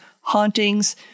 hauntings